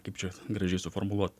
kaip čia gražiai suformuluot